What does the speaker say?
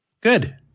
Good